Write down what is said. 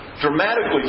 dramatically